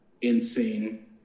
insane